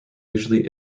usually